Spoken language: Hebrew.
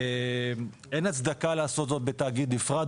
אין הצדקה לעשות זאת בתאגיד נפרד,